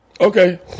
Okay